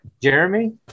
Jeremy